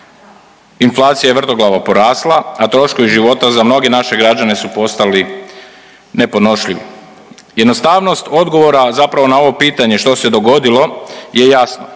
inflacija je vrtoglavo porasla, a troškovi života za mnoge naše građane su postali nepodnošljivi. Jednostavnost odgovora zapravo na ovo pitanje što se dogodilo je jasno.